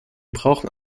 brauchen